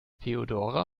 feodora